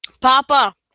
Papa